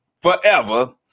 forever